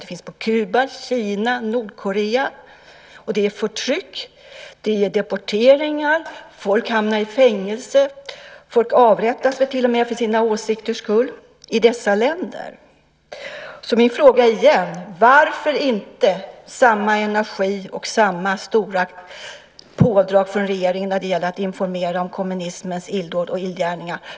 Den finns till exempel på Kuba, i Kina och i Nordkorea, och det är förtryck, det förekommer deporteringar, folk hamnar i fängelse och folk avrättas väl till och med för sina åsikters skull i dessa länder. Min fråga är alltså igen: Varför inte samma energi och samma stora pådrag från regeringen när det gäller att informera om kommunismens illdåd och illgärningar?